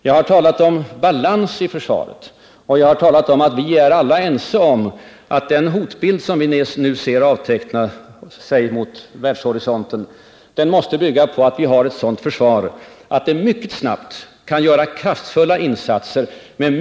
Jag har talat om balans i försvaret, och jag har talat om att vi alla är ense om att den hotbild som vi nu ser avteckna sig mot världshorisonten fordrar att vi har ett försvar med mycket hög beredskap som snabbt kan göra kraftfulla insatser.